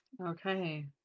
Okay